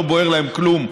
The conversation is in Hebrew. לא בוער להם כלום,